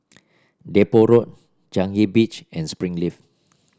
Depot Road Changi Beach and Springleaf